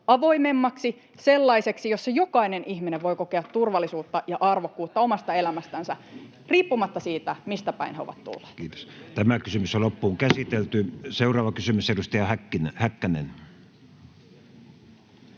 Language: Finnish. avoimemmaksi, sellaiseksi, jossa jokainen ihminen voi kokea turvallisuutta ja arvokkuutta omasta elämästänsä riippumatta siitä, mistä päin hän on tullut. Seuraava kysymys, edustaja Häkkänen.